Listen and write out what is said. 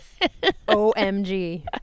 omg